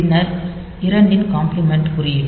பின்னர் 2 இன் காம்ப்ளிமெண்ட் குறியீடு